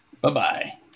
Bye-bye